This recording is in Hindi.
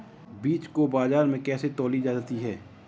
बीज को बाजार में कैसे तौली जाती है?